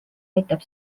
aitab